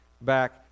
back